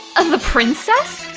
um the princess?